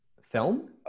film